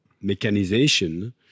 mechanization